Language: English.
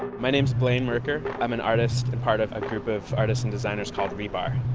my name is blaine merker. i'm an artist and part of group of artists and designers called rebar.